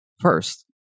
first